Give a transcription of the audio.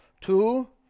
Two